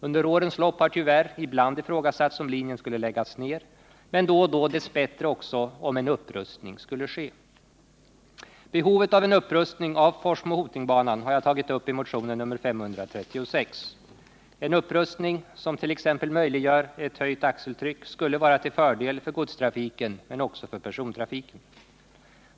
Under årens lopp har tyvärr ibland ifrågasatts om linjen skulle läggas ner, men då och då dess bättre också om en upprustning skulle ske. Behovet av en upprustning av Forsmo-Hoting-banan har jag tagit upp i motionen nr 536. En upprustning som t.ex. möjliggör en höjning av axeltrycket skulle vara till fördel för godstrafiken men också för persontrafiken.